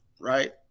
right